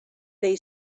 they